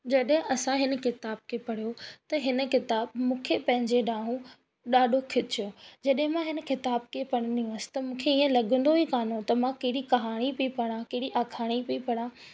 जॾहिं असां हिन किताब खे पढ़ियो त हिन किताब मूंखे पंहिंजे ॾाहो ॾाढो खिचो जॾहिं मां हिन किताब खे पढ़ंदी हुअसि त मूंखे ईअं लॻंदो ई कोन हुओ त मां कहिड़ी कहाणी पई पढ़ा कहिड़ी अखाणी पई पढ़ा